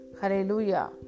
Hallelujah